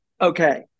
okay